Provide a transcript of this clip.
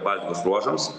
baltijos ruožams